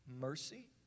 mercy